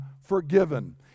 forgiven